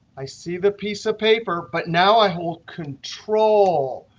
i see that piece of paper, but now i hold control.